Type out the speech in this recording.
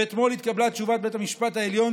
ואתמול התקבלה תשובת בית המשפט העליון,